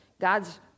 God's